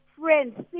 friends